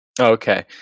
Okay